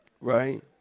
right